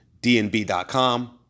dnb.com